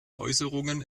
äußerungen